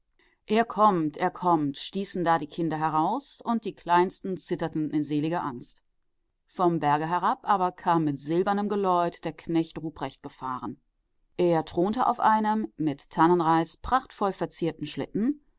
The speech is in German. er kommt er kommt stießen da die kinder heraus und die kleinsten zitterten in seliger angst vom berge herab aber kam mit silbernem geläut der knecht ruprecht gefahren er thronte auf einem mit tannenreis prachtvoll verzierten schlitten